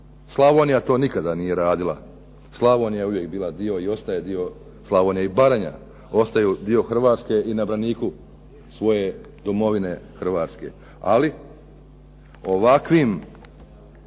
Slavonija to nikada nije radila. Slavonija je uvijek bila i ostaje dio Slavonija i Baranja ostaju dio Hrvatske i na braniku svoje domovine Hrvatske. Ali ovakvim